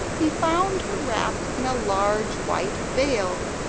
he found her wrapped in a large white veil.